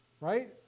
right